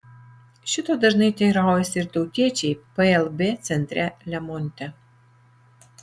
šito dažnai teiraujasi ir tautiečiai plb centre lemonte